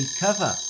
cover